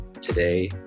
today